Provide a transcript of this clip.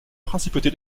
principauté